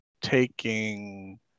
taking